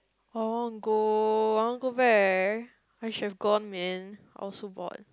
I want to go I want go back I should have gone man I was so bored